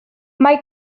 mae